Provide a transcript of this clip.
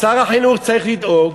שר החינוך צריך לדאוג